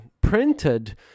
...printed